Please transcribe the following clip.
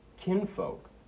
kinfolk